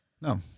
No